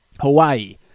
Hawaii